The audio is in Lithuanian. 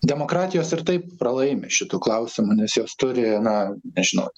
demokratijos ir taip pralaimi šitu klausimu nes jos turi na nežinau